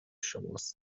شماست